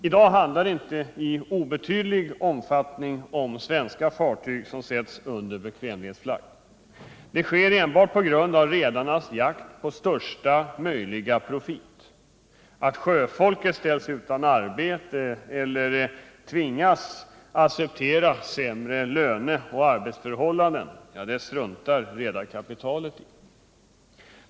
I dag handlar det i inte obetydlig omfattning om svenska fartyg som sätts under bekvämlighetsflagg. Det sker enbart på grund av redarnas jakt på största möjliga profit. Att sjöfolket ställs utan arbete eller tvingas acceptera sämre löneoch arbetsförhållanden struntar redarkapitalet i.